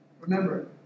Remember